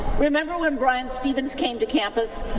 remember when bryan stevenson came to campus?